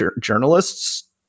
journalists